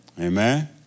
Amen